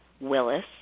Willis